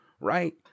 Right